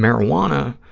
marijuana,